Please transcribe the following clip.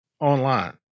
online